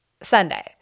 Sunday